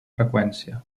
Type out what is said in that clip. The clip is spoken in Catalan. freqüència